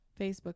Facebook